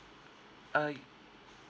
uh